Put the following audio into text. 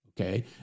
okay